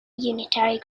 unitary